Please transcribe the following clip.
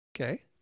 Okay